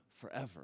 forever